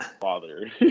father